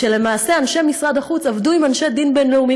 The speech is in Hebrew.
כשלמעשה אנשי משרד החוץ עבדו עם אנשי הדין הבין-לאומי